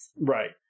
Right